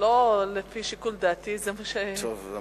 ישיב על הצעת החוק סגן השר מתן